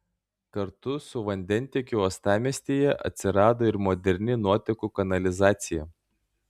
kartu su vandentiekiu uostamiestyje atsirado ir moderni nuotekų kanalizacija